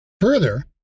Further